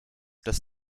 das